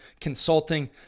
Consulting